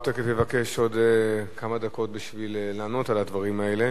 הוא תיכף יבקש עוד כמה דקות בשביל לענות על הדברים האלה,